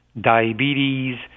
diabetes